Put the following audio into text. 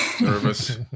Nervous